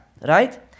Right